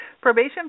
Probation